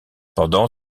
pendant